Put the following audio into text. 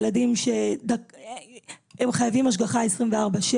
ילדים שהם חייבים השגחה 24/7,